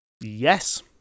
Yes